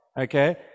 okay